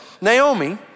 Naomi